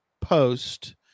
post